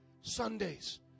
Sundays